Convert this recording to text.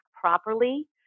Properly